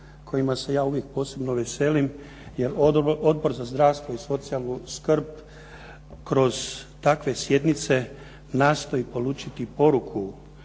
kojima se ja uvijek posebno veselim jer Odbor za zdravstvo i socijalnu skrb kroz takve sjednice nastoji polučiti poruku